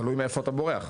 תלוי מאיפה אתה בורח.